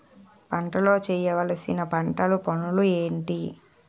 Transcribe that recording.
పంటలో చేయవలసిన పంటలు పనులు ఏంటి?